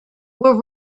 were